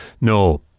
No